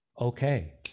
okay